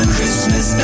Christmas